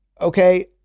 Okay